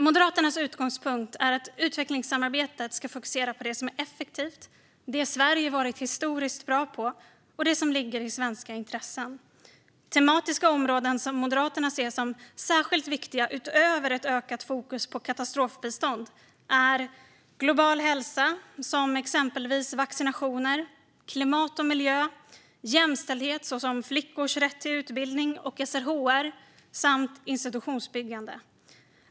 Moderaternas utgångspunkt är att utvecklingssamarbetet ska fokusera på det som är effektivt, det som Sverige varit historiskt bra på och det som ligger i svenska intressen. Tematiska områden som Moderaterna ser som särskilt viktiga utöver ett ökat fokus på katastrofbistånd är global hälsa - till exempel vaccinationer - klimat och miljö, jämställdhet - till exempel flickors rätt till utbildning och SRHR - samt institutionsbyggande.